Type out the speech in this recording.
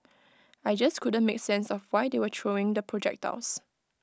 I just couldn't make sense of why they were throwing the projectiles